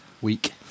week